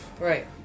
Right